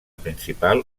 principal